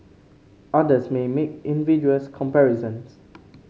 others may make invidious comparisons